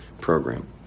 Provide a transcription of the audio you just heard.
program